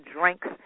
drinks